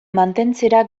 mantentzera